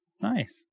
nice